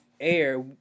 air